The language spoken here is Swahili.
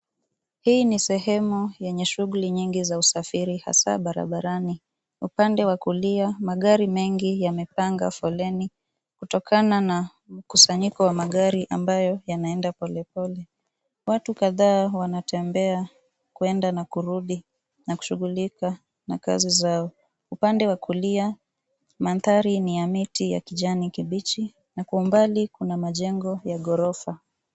Hii ni sehemu yenye shughuli nyingi za usafiri hasa barabarani. Upande wa kulia magari mengi yamepanga foleni kutokana na mkusanyiko wa magari ambayo yanaenda polepole. Watu kadhaa wanatembea kwenda na kurudi na kushughulika na kazi zao. Upande wa kulia mandhari ni ya miti ya kijani kibichi na kwa umbali kuna majengo ya ghorofa.